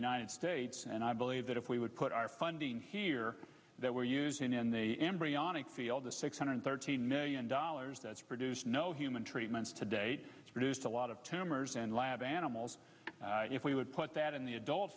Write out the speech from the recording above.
united states and i believe that if we would put our funding here that we're using in the embryonic field the six hundred thirteen million dollars that's produced no human treatments today produced a lot of tumors and lab animals if we would put that in the adult